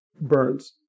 burns